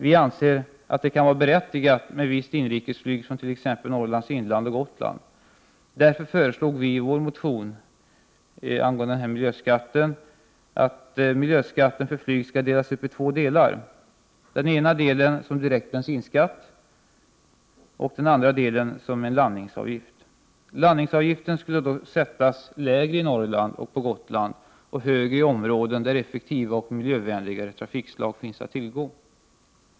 Vi anser att det kan vara berättigat med visst inrikesflyg från t.ex. Norrlands inland och Gotland. Därför föreslog vi i vår motion att miljöskatten för flyg skall delas upp i två delar: den ena delen som direkt bensinskatt och den andra som en landningsavgift. Landningsavgiften skulle då vara lägre i Norrland och på Gotland och högre i områden där effektivare och miljövänligare trafikslag finns att tillgå.